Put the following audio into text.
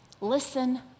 listen